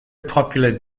popular